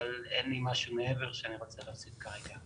אבל אין לי משהו מעבר שאני רוצה להוסיף כרגע.